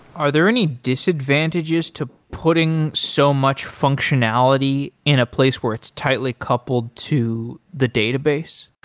are there any disadvantages to putting so much functionality in a place where it's tightly coupled to the database?